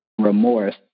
remorse